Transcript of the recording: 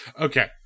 okay